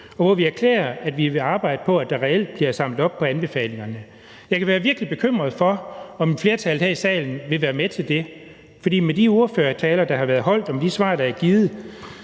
og hvor vi erklærede, at vi ville arbejde på, at der reelt blev samlet op på anbefalingerne. Jeg kan være virkelig bekymret for, om et flertal her i salen vil være med til det, for med de ordførertaler, der har været holdt, og med de svar, der er givet,